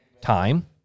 Time